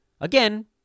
Again